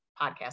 podcast